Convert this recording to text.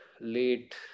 late